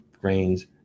grains